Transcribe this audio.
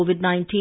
COVID-19